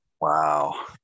Wow